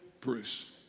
Bruce